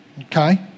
Okay